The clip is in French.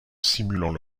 simulant